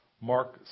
Mark